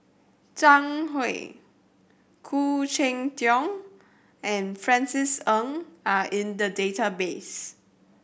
Zhang Hui Khoo Cheng Tiong and Francis Ng are in the database